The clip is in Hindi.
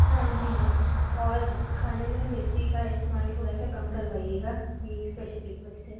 हाँ जी मैम और खाने में मिर्ची का इस्तेमाल थोड़ा सा कम करवाइएगा ये एक स्पेशल रिक्वेस्ट है